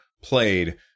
played